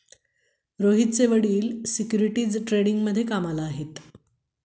रोहितचे वडील सिक्युरिटीज ट्रेडिंगमध्ये कामाला आहेत